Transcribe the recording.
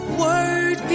word